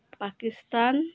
Pakistan